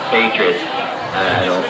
Patriots